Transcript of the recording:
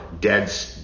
dead